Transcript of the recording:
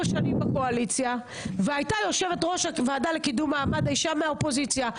שנים בקואליציה והייתה יושבת ראש ועדה לקידום מעמד האישה מהאופוזיציה,